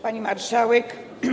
Pani Marszałek!